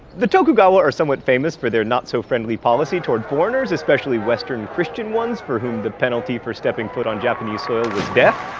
the tokugawa are somewhat famous for their not-so-friendly policy toward foreigners, especially western christian ones, for whom the penalty for stepping foot on japanese soil was death.